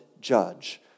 judge